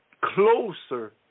closer